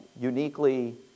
uniquely